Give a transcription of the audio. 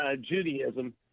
Judaism